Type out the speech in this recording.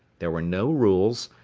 there were no rules,